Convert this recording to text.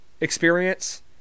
experience